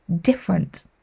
different